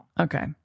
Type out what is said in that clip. Okay